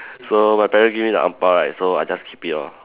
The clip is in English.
so my parents give me the ang bao right so I just keep it lor